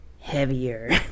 heavier